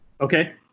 Okay